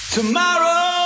Tomorrow